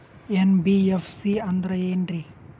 NBFC ಅಂದ್ರ ಏನ್ರೀ?